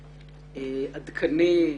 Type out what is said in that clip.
עדכני,